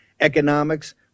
economics